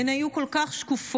הן היו כל כך שקופות,